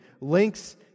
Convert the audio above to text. links